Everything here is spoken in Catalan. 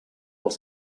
els